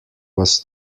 was